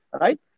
Right